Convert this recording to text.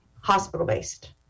Hospital-based